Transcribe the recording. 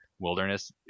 wilderness